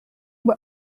were